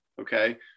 okay